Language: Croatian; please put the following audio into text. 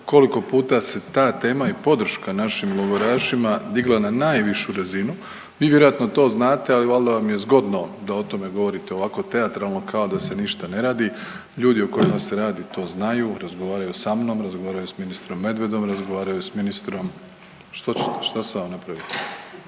koliko puta se ta tema i podrška našim logorašima digla na najvišu razinu, vi vjerojatno to znate, ali valjda vam je zgodno da o tome govorite ovako teatralno kao da se ništa ne radi. Ljudi o kojima se radi to znaju, razgovaraju sa mnom, razgovaraju s ministrom Medvedom, razgovaraju s ministrom, što, što sam vam napravio?